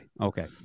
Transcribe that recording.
okay